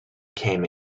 came